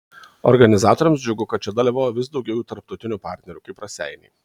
organizatoriams džiugu kad čia dalyvauja vis daugiau jų tarptautinių partnerių kaip raseiniai